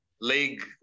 league